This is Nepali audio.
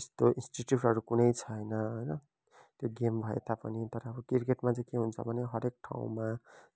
त्यस्तो इन्स्टिट्युटहरू कुनै छैन होइन त्यो गेम भए तापनि तर अब क्रिकेटमा चाहिँ के हुन्छ भने हरेक ठाउँमा